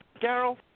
Carol